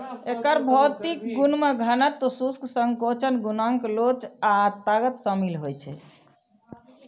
एकर भौतिक गुण मे घनत्व, शुष्क संकोचन गुणांक लोच आ ताकत शामिल रहै छै